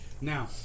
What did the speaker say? now